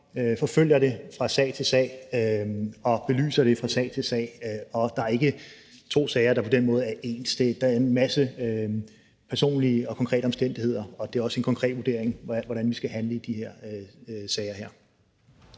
forfølger det fra sag til sag og belyser det fra sag til sag. Der er ikke to sager, der på den måde er ens. Der er en masse personlige og konkrete omstændigheder, og det er også en konkret vurdering, hvordan vi skal handle i de her sager.